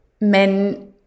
men